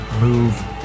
move